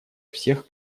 всех